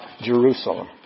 Jerusalem